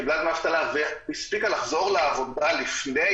קיבלה דמי אבטלה והספיק לחזור לעבודה לפני